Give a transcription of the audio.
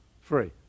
Free